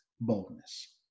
boldness